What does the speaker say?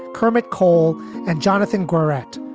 kermit cole and jonathan gueret,